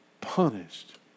punished